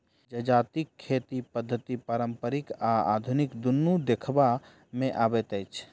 जजातिक खेती पद्धति पारंपरिक आ आधुनिक दुनू देखबा मे अबैत अछि